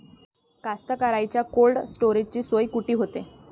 कास्तकाराइच्या कोल्ड स्टोरेजची सोय कुटी होते?